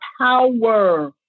power